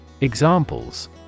Examples